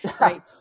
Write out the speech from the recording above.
Right